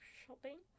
shopping